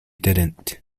didn’t